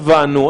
הבנו.